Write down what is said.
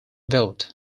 vote